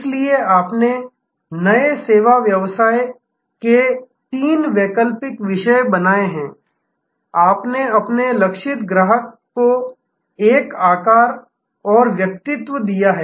इसलिए आपने नए सेवा व्यवसाय के तीन वैकल्पिक विषय बनाए हैं आपने अपने लक्षित ग्राहक को एक आकार और व्यक्तित्व दिया है